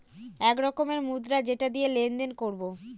এক রকমের মুদ্রা যেটা দিয়ে লেনদেন করবো